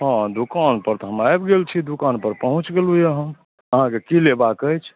हँ दोकानपर तऽ हम आबि गेल छी दोकानपर पहुँचि गेलहुँ यए हम अहाँकेँ की लेबाक अछि